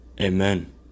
Amen